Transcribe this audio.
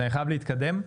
להתקדם.